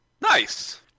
Nice